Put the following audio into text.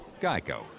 GEICO